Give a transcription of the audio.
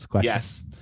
Yes